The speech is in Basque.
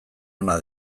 ona